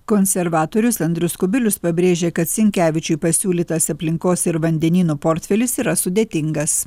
konservatorius andrius kubilius pabrėžė kad sinkevičiui pasiūlytas aplinkos ir vandenynų portfelis yra sudėtingas